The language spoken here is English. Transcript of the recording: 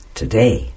today